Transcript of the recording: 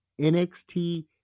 nxt